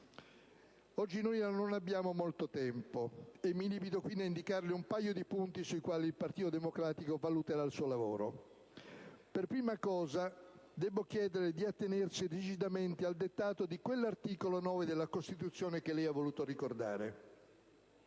Oggi noi non abbiamo molto tempo; mi limito quindi a indicare un paio di punti sui quali il Partito Democratico valuterà il suo lavoro. Per prima cosa debbo chiederle di attenersi rigidamente al dettato di quell'articolo 9 della Costituzione che lei ha voluto ricordare: